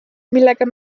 millega